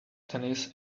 tennis